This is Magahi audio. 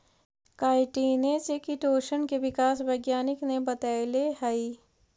काईटिने से किटोशन के विकास वैज्ञानिक ने बतैले हई